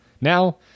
now